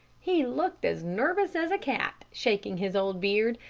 he looked as nervous as a cat, shaking his old beard,